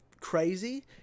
crazy